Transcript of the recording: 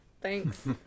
Thanks